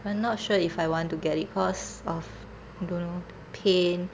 but not sure if I want to get it cause of don't know pain